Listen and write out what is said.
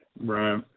Right